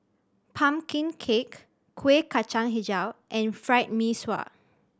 pumpkin cake Kueh Kacang Hijau and Fried Mee Sua